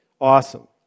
awesome